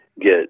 get